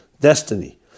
destiny